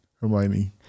Hermione